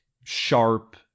sharp